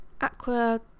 aqua